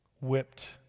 whipped